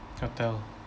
hotel